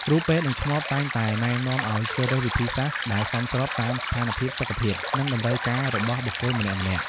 គ្រូពេទ្យ និងឆ្មបតែងតែណែនាំឲ្យជ្រើសរើសវិធីសាស្ត្រដែលសមស្របតាមស្ថានភាពសុខភាព និងតម្រូវការរបស់បុគ្គលម្នាក់ៗ។